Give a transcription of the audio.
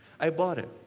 i bought it.